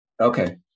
Okay